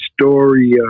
story